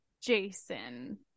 jason